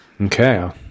Okay